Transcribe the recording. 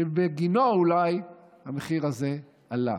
שבגינו אולי המחיר הזה עלה,